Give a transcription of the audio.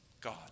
God